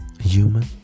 human